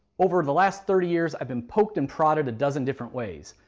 over the last thirty years, i've been poked and prodded a dozen different ways.